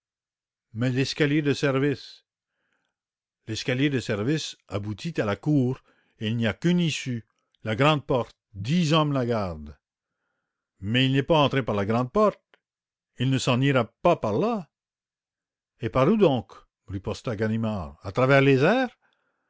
mais l'escalier de service l'escalier de service aboutit à la cour et il n'y a qu'une issue la grand'porte dix hommes la gardent mais il n'est pas entré par la grand'porte il ne s'en ira pas par là et par où donc riposta ganimard à travers les airs